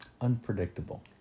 unpredictable